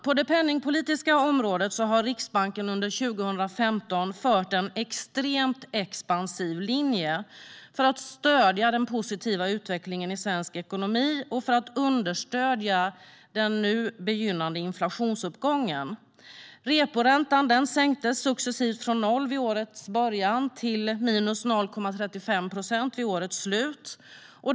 På det penningpolitiska området har Riksbanken under 2015 fört en extremt expansiv linje för att stödja den positiva utvecklingen i svensk ekonomi och för att understödja inflationsuppgången. Reporäntan sänktes successivt från 0 procent vid årets början till 0,35 procent vid årets slut.